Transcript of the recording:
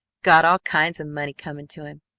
got all kinds of money coming to him.